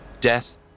Death